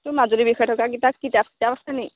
তোৰ মাজুৰীৰ বিষয় থকা কিতাপ কিতাপ কিতাপ আছেনি